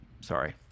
sorry